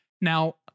Now